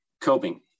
coping